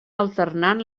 alternant